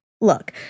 Look